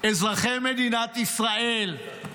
אזרחי מדינת ישראל,